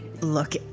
look